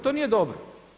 To nije dobro.